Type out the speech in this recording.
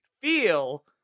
feel